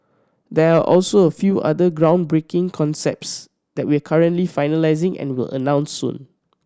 there are also a few other groundbreaking concepts that we're currently finalising and will announce soon